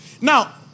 Now